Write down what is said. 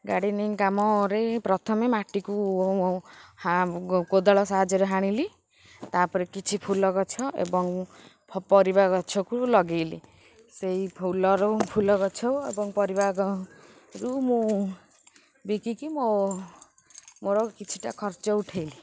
gardening କାମରେ ପ୍ରଥମେ ମାଟିକୁ କୋଦଳ ସାହାଯ୍ୟରେ ହାଣିଲି ତା'ପରେ କିଛି ଫୁଲ ଗଛ ଏବଂ ପରିବା ଗଛକୁ ଲଗାଇଲି ସେହି ଫୁଲରୁ ଫୁଲ ଗଛ ଏବଂ ପରିବାରୁ ମୁଁ ବିକିକି ମୋ ମୋର କିଛିଟା ଖର୍ଚ୍ଚ ଉଠାଇଲି